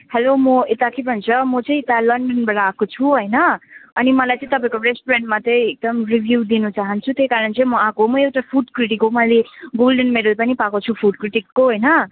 hello म यता के भन्छ म चाहिँ यता लन्डनबाट आएको छु होइन अनि मलाई चाहिँ तपाईँको रेस्टुरेन्टमा चाहिँ एकदम रिभ्यू दिन चाहन्छु त्यही कारण चाहिँ म आएको म एउटा फुड क्रिटिक हो मैले गोल्डन मेडल पनि पाएको छु फुड क्रिटिकको होइन